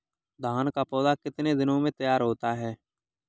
धान का पौधा कितने दिनों में तैयार होता है?